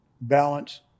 balance